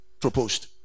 proposed